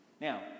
now